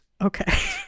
Okay